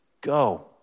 go